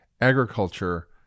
agriculture